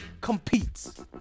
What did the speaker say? competes